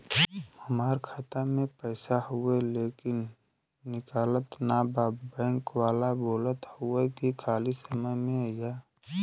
हमार खाता में पैसा हवुवे लेकिन निकलत ना बा बैंक वाला बोलत हऊवे की खाली समय में अईहा